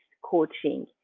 Coaching